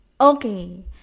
Okay